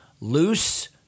loose